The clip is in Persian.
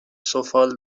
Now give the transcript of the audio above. سفال